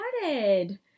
started